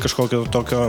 kažkokio tokio